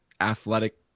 athletic